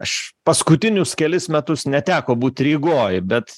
aš paskutinius kelis metus neteko būt rygoj bet